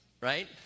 right